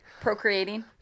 Procreating